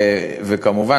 וכמובן,